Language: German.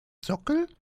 sockel